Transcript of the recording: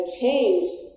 changed